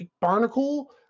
barnacle